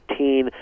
18